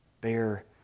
bear